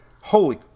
Holy